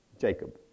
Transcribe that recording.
Jacob